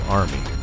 army